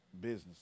business